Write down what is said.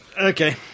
Okay